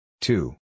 Two